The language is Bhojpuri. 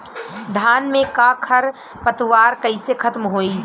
धान में क खर पतवार कईसे खत्म होई?